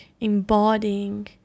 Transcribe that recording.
embodying